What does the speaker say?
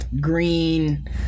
Green